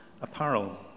apparel